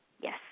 Yes